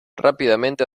rápidamente